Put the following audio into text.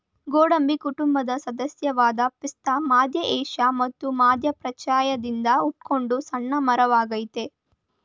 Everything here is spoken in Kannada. ಗೋಡಂಬಿ ಕುಟುಂಬದ ಸದಸ್ಯವಾದ ಪಿಸ್ತಾ ಮಧ್ಯ ಏಷ್ಯಾ ಮತ್ತು ಮಧ್ಯಪ್ರಾಚ್ಯದಿಂದ ಹುಟ್ಕೊಂಡ ಸಣ್ಣ ಮರವಾಗಯ್ತೆ